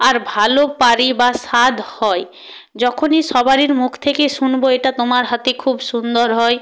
আর ভালো পারি বা স্বাদ হয় যখনই সবারির মুখ থেকে শুনবো এটা তোমার হাতে খুব সুন্দর হয়